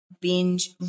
binge